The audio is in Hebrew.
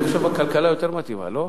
אני חושב שכלכלה יותר מתאימה, לא?